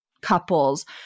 couples